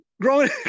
growing